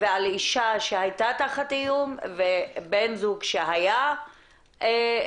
ועל אישה שהייתה תחת איום, ובן זוג שהיה בכלא.